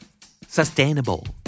Sustainable